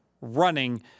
running